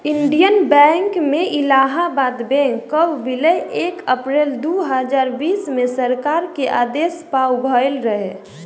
Indian bank में Allahabad bank कअ विलय एक अप्रैल दू हजार बीस में सरकार के आदेश पअ भयल रहे